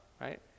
right